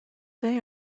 they